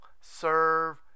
serve